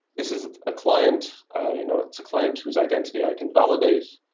this is a client you know it's a client whose identity i can validate.